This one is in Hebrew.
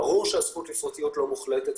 ברור שהזכות לפרטיות היא לא מוחלטת,